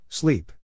Sleep